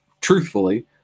truthfully